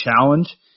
challenge